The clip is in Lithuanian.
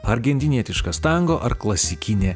argentinietiškas tango ar klasikinė